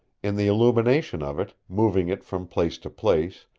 in the illumination of it, moving it from place to place,